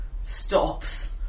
stops